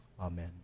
Amen